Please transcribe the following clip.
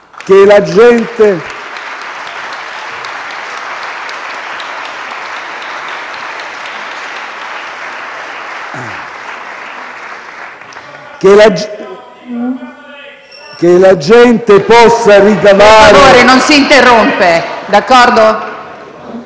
che la gente possa ricavare